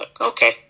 Okay